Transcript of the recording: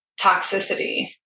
toxicity